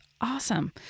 awesome